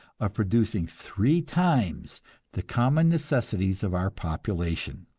of producing three times the common necessities of our population.